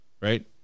Right